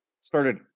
started